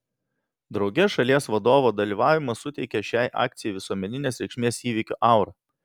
drauge šalies vadovo dalyvavimas suteikia šiai akcijai visuomeninės reikšmės įvykio aurą